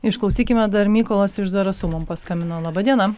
išklausykime dar mykolas iš zarasų mum paskambino laba diena